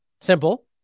Simple